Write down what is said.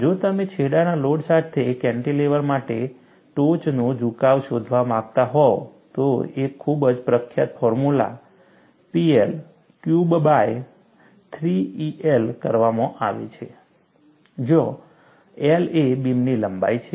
જો તમે છેડાના લોડ સાથે કેન્ટિલેવર માટે ટોચનું ઝુકાવ શોધવા માંગતા હોવ તો એક ખૂબ જ પ્રખ્યાત formula PL cubed by 3EI કરવામાં આવે છે જ્યાં L એ બીમની લંબાઇ છે